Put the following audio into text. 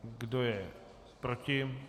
Kdo je proti?